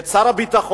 את שר הביטחון,